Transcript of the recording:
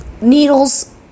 needles